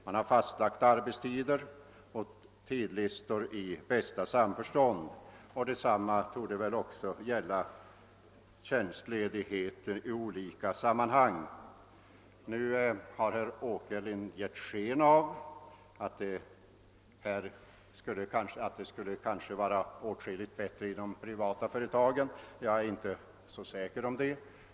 Man har fastlagt arbetstider och timlistor i bästa samförstånd. Detsamma torde också gälla tjänstledighet i olika sammanhang. Herr Åkerlind har givit sken av att det kanske skulle vara åtskilligt bättre i de privata företagen. Jag är inte så säker på det.